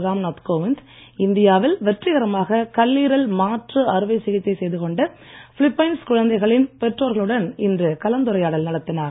Ramnath Kovind India வில் வெற்றிகரமாக கல்லீரல் மாற்று அறுவை சிகிச்சை செய்துகொண்ட பிலிப்பைன்ஸ் குழந்தைகளின் பெற்றொர்களுடன் இன்று கலந்துரையாடல் நடத்தினார்